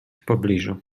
pobliżu